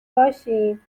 باشیم